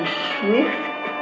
swift